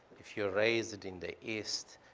if you're raised in the east,